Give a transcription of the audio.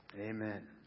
Amen